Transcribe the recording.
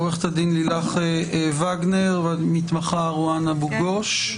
עורכת הדין לילך וגנר והמתמחה רואן אבו גוש.